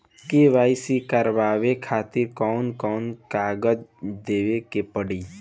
KYC करवावे खातिर कौन कौन कागजात देवे के पड़ी?